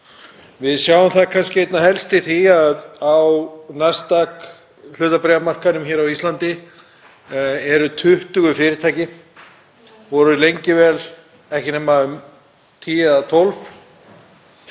Við sjáum það kannski einna helst á því að á Nasdaq-hlutabréfamarkaðnum hér á Íslandi eru 20 fyrirtæki, en voru lengi vel ekki nema 10 eða 12.